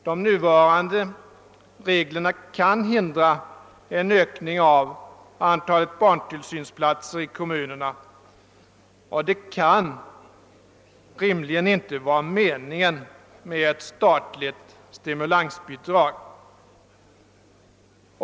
De nuvarande reglerna kan hindra en ökning av antalet barntillsynsplatser i kommunerna, och det kan inte rimligen vara meningen med ett statligt stimulansbidrag.